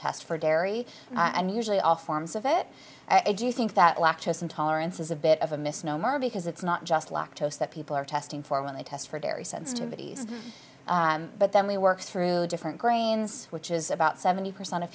test for dairy and usually all forms of it do you think that lactose intolerance is a bit of a misnomer because it's not just luck to us that people are testing for when they test for dairy sensitivities but then we work through different grains which is about seventy percent of